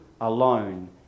alone